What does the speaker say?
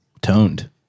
Toned